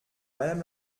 madame